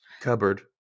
cupboard